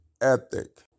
ethic